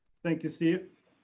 thank you. see you.